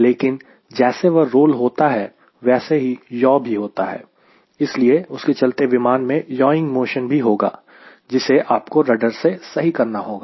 लेकिन जैसे वह रोल होता है वैसे ही यौ भी होता है इसलिए उसके चलते विमान में याविंग मोशन भी होगा जिसे आपको रडर से सही करना होगा